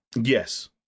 Yes